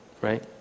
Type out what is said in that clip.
right